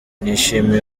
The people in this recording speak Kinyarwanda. nishimiye